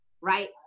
right